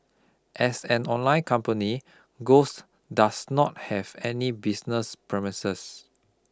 as an online company Ghost does not have any business premises